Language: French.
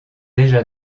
déjà